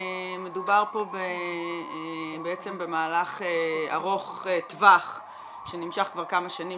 מדובר פה בעצם במהלך ארוך טווח שנמשך כבר כמה שנים,